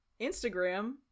instagram